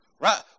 right